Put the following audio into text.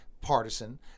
partisan